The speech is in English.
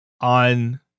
on